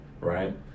right